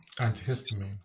antihistamine